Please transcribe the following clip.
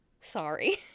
sorry